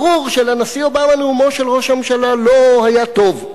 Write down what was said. ברור שלנשיא אובמה נאומו של ראש הממשלה לא היה טוב.